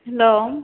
hello